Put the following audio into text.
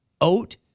oat